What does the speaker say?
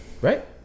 right